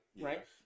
Right